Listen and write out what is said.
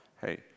hey